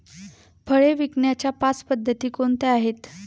फळे विकण्याच्या पाच पद्धती कोणत्या आहेत?